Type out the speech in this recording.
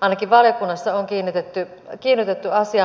ainakin valiokunnassa on kiinnitetty asiaan huomiota